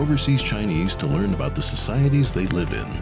overseas chinese to learn about the societies they live in